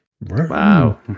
Wow